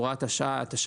הוראת שעה) (תיקון),